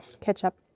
Ketchup